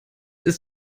ist